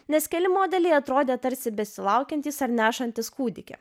nes keli modeliai atrodė tarsi besilaukiantys ar nešantis kūdikį